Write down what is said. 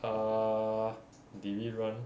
err did we run